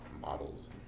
models